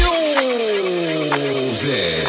Music